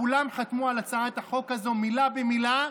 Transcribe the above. כולם חתמו על הצעת החוק הזו מילה במילה,